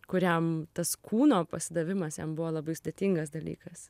kuriam tas kūno pasidavimas jam buvo labai sudėtingas dalykas